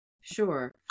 Sure